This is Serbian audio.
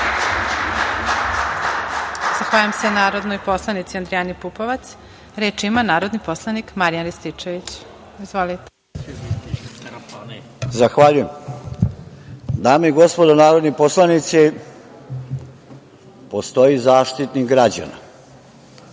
Zahvaljujem. Dame i gospodo narodni poslanici, postoji Zaštitnik građana.